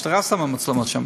המשטרה שמה מצלמות שם,